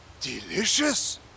delicious